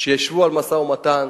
שישבו למשא-ומתן.